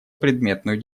предметную